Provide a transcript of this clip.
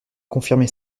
confirmer